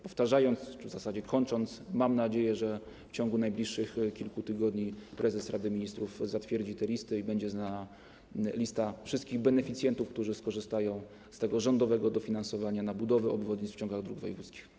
Powtórzę, w zasadzie kończąc, że mam nadzieję, że w ciągu najbliższych kilku tygodni prezes Rady Ministrów zatwierdzi te listy i będzie znana lista wszystkich beneficjentów, którzy skorzystają z tego rządowego dofinansowania budowy obwodnic w ciągach dróg wojewódzkich.